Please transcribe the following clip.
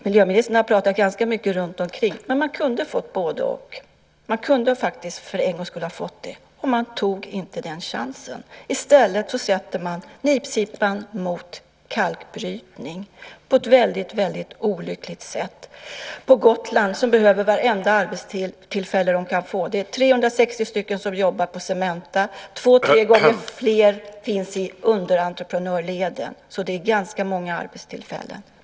Miljöministern har pratat ganska mycket runtomkring, men man kunde ha fått både-och. Man kunde faktiskt för en gångs skull ha fått det, men man tog inte den chansen. I stället sätter man nipsippan mot kalkbrytningen på ett väldigt olyckligt sätt på Gotland som behöver vartenda arbetstillfälle man kan få. Det är 360 anställda som jobbar på Cementa, två tre gånger fler finns i underentreprenörsleden. Det är ganska många arbetstillfällen.